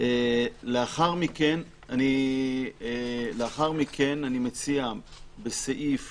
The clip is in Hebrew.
לאחר מכן אני מציע בסעיף